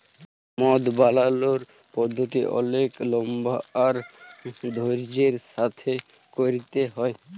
মদ বালালর পদ্ধতি অলেক লম্বা আর ধইর্যের সাথে ক্যইরতে হ্যয়